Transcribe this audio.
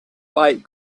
fight